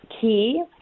key